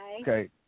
Okay